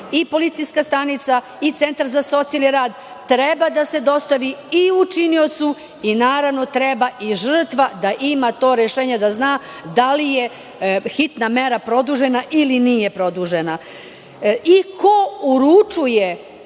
i policijska stanica i Centar za socijalni rad, treba da se dostavi i učiniocu i, naravno, treba i žrtva da ima to rešenje, da zna da li je hitna mera produžena ili nije produžena. Prevashodno, ko uručuje